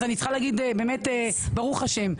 אז אני צריכה להגיד באמת ברוך ה'.